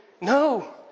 No